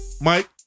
Mike